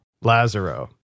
Lazaro